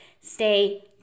stay